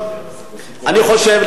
אני חושב,